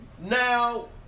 Now